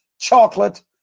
chocolate